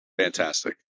Fantastic